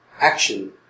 action